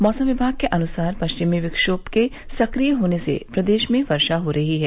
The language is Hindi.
मौसम विभाग के अनुसार पश्चिमी विक्षोम के सक्रिय होने से प्रदेश में वर्षा हो रही है